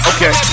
Okay